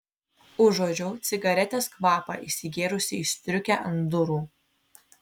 užuodžiau cigaretės kvapą įsigėrusį į striukę ant durų